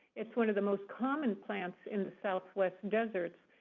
it's one of the most common plants in the southwestern deserts.